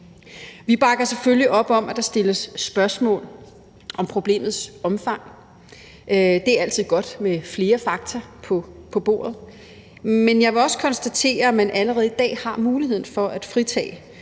Vi bakker selvfølgelig op om, at der stilles spørgsmål om problemets omfang. Det er altid godt med flere fakta på bordet. Men jeg vil også konstatere, at man allerede i dag har mulighed for at fritage.